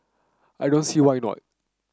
I don't see why not